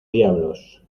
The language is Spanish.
diablos